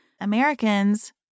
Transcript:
Americans